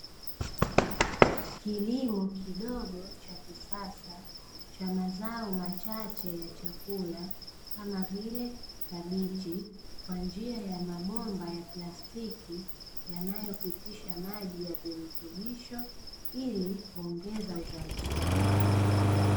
Kilimo kidogo cha kisasa cha mazao machache ya chakula, kama vile, kabichi, kwa njia ya mabomba ya plastiki, yanayopitisha maji ya virutubisho ili kuongeza uzalishaji.